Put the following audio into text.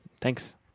Thanks